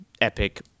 epic